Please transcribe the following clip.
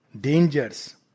dangers